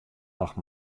noch